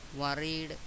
worried